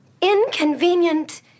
inconvenient